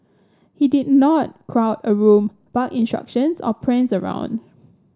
he did not crowd a room bark instructions or prance around